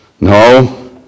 No